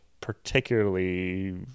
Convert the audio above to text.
particularly